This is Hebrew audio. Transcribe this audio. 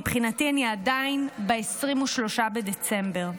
מבחינתי אני עדיין ב-23 בדצמבר.